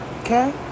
Okay